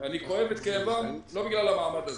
אני כואב את כאבם ולא בגלל המעמד הזה.